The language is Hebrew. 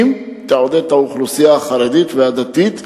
אם תעודד את האוכלוסייה החרדית והדתית,